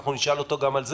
אנחנו נשאל אותו גם על זה.